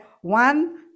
One